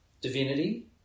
divinity